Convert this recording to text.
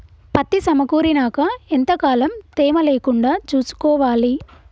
పత్తి సమకూరినాక ఎంత కాలం తేమ లేకుండా చూసుకోవాలి?